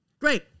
Great